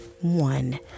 one